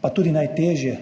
pa tudi najtežje,